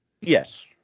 Yes